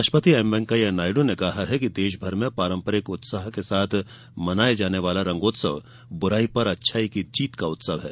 उपराष्ट्रपति एम वेंकैया नायडू ने कहा है कि देशभर में पारंपरिक उत्साह के साथ मनाया जाने वाला रंगोत्सव बुराई पर अच्छाई की जीत का उत्सव है